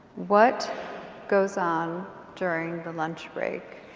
what goes on during the lunch break?